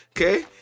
okay